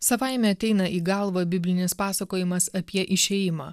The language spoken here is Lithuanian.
savaime ateina į galvą biblinis pasakojimas apie išėjimą